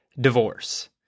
divorce